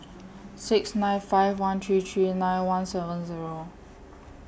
six nine five one three three nine one seven Zero